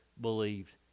believed